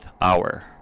hour